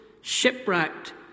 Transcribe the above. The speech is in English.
Shipwrecked